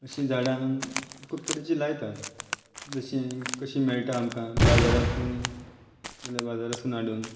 अशी झाडां खूब तरेचीं लायतात जशी कशी मेळटा आमकां बाजारांतली जाल्यार बाजारांसून हाडून